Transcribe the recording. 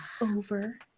over